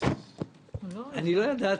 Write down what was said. לא ידעתי.